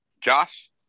Josh